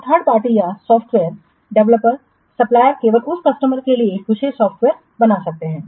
तो third party या software developer सप्लायरकेवल उस कस्टमर के लिए एक विशेष सॉफ्टवेयर बना सकते हैं